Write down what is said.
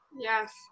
Yes